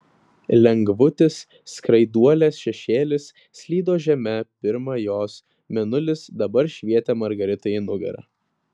lengvutis skraiduolės šešėlis slydo žeme pirma jos mėnulis dabar švietė margaritai į nugarą